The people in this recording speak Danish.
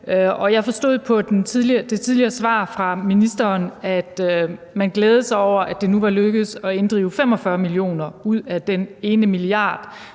jeg forstod på det tidligere svar fra ministeren, at man glædede sig over, at det nu var lykkedes at inddrive 45 mio. kr. ud af de 1 mia.